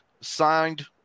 signed